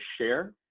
share